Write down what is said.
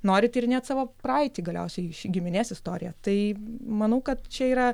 nori tyrinėti savo praeitį galiausiai giminės istoriją tai manau kad čia yra